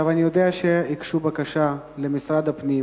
אני יודע שהגישו בקשה למשרד הפנים,